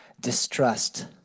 distrust